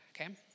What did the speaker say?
okay